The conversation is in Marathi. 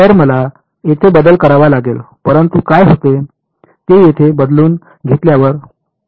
तर मला येथे बदल करावा लागेल परंतु काय होते ते येथे बदलून घेतल्यावर ते पाहू या